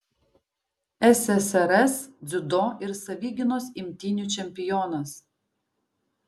ssrs dziudo ir savigynos imtynių čempionas